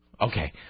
Okay